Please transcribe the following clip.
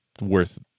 worth